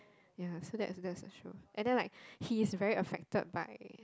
ya so that's that's the show and then like he is very affected by